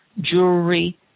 jewelry